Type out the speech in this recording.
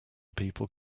people